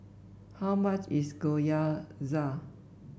how much is Gyoza